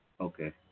Okay